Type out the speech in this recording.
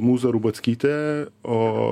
mūza rubackytė o